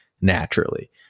naturally